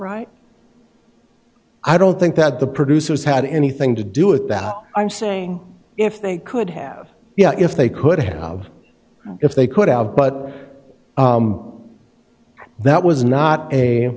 right i don't think that the producers had anything to do with that i'm saying if they could have yeah if they could have if they could have but that was not a